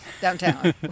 Downtown